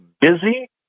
busy